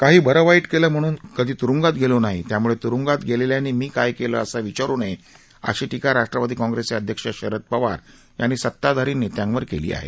काही बरं वाईट केलं म्हणून कधी त्रुंगात गेलो नाही त्याम्ळे त्रुंगात गेलेल्यांनी मी काय केलं असं विचारु नये अशी टीका राष्ट्रवादी काँग्रेसचे अध्यक्ष शरद पवार यांनी सताधारी नेत्यांवर केली आहे